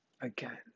again